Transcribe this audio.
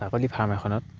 ছাগলী ফাৰ্ম এখনত